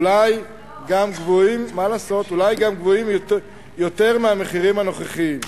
אולי גם גבוהים יותר מהמחירים הנוכחיים.